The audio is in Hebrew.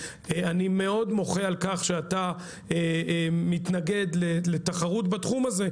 אני מוחה מאוד על כך שאתה מתנגד לתחרות בתחום הזה,